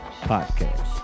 podcast